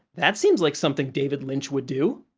that seems like something david lynch would do!